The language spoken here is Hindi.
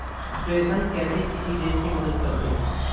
प्रेषण कैसे किसी देश की मदद करते हैं?